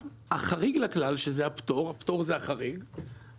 החריג לכלל, שזה הפטור, הפך להיות הרוב,